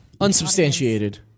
Unsubstantiated